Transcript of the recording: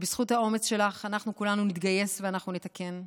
בזכות האומץ שלך אנחנו כולנו נתגייס ואנחנו נתקן.